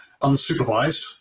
unsupervised